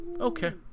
Okay